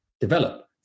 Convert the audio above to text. develop